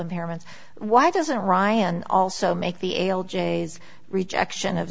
impairment why doesn't ryan also make the ale j s rejection of